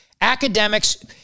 academics